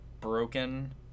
broken